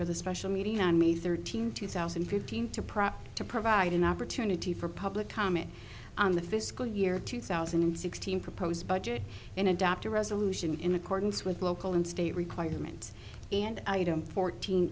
for the special meeting on may thirteenth two thousand and fifteen to prompt to provide an opportunity for public comment on the fiscal year two thousand and sixteen proposed budget and adopt a resolution in accordance with local and state requirements and item fourteen